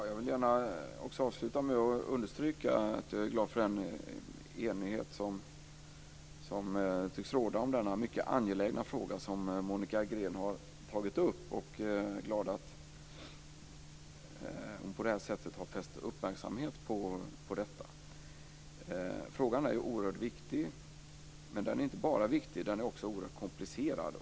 Fru talman! Jag vill avsluta med att understryka att jag är glad över den enighet som tycks råda om denna mycket angelägna fråga som Monica Green har tagit upp. Och jag är glad över att hon på detta sätt har fäst uppmärksamhet på detta. Frågan är ju oerhört viktig. Men den är inte bara viktig, utan den är också oerhört komplicerad.